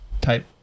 type